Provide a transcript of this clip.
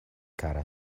kara